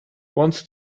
wants